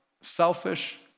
selfish